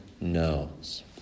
knows